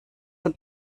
und